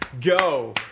Go